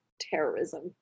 terrorism